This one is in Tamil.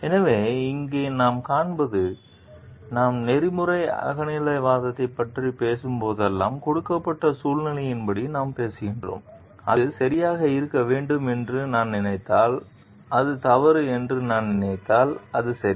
எனவே இங்கே நாம் காண்பது நாம் நெறிமுறை அகநிலைவாதத்தைப் பற்றி பேசும் போதெல்லாம் கொடுக்கப்பட்ட சூழ்நிலையின்படி நாம் பேசுகிறோம் அது சரியாக இருக்க வேண்டும் என்று நான் நினைத்தால் அது தவறு என்று நான் நினைத்தால் அது சரி